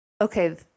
okay